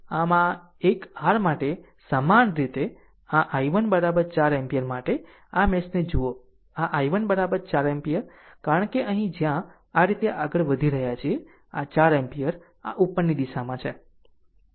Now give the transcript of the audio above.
આમ આ એક r માટે સમાન રીતે આ i1 4 એમ્પીયર માટે જો આ મેશને જુઓ આ i1 4 એમ્પીયર કારણ કે અહીં જ્યાં આ રીતે આગળ વધી રહ્યા છે આ 4 એમ્પીયર આ ઉપરની દિશામાં છે